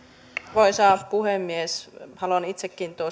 arvoisa puhemies haluan itsekin